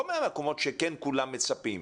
לא מהמקומות שכן כולם מצפים,